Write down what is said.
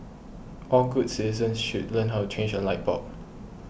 all good citizens should learn how to change a light bulb